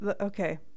okay